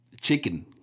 chicken